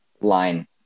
line